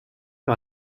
par